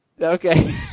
Okay